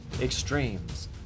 extremes